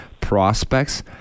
prospects